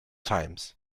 times